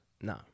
No